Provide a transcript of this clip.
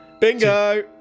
bingo